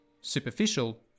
superficial